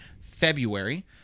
February